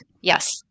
Yes